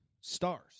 stars